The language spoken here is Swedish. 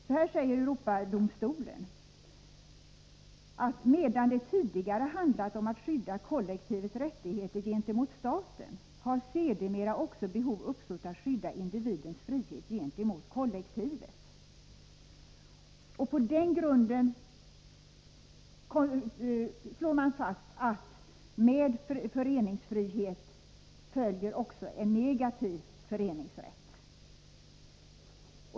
Så här säger Europadomstolen: ”Medan det tidigare handlade om att skydda kollektivets rättigheter gentemot staten har sedermera också behov uppstått att skydda individens frihet gentemot kollektivet.” På den grunden slår man fast att med föreningsrätt följer också en negativ föreningsrätt.